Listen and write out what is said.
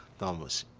thomas,